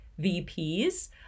vps